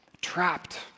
trapped